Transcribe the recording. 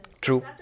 true